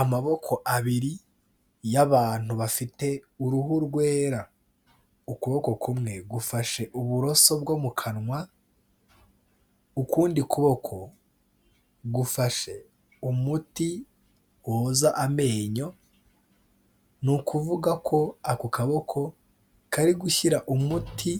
Amaboko abiri y'abantu bafite uruhu rwera. Ukuboko kumwe gufashe uburoso bwo mu kanwa, ukundi kuboko gufashe umuti woza amenyo. Ni ukuvuga ko ako kaboko kari gushyira umuti